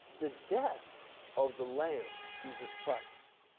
the death of the lamb, jesus christ,